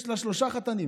יש לה שלושה חתנים